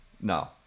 No